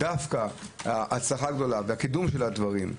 דווקא הקידום של הדברים,